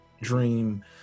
Dream